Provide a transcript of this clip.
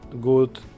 good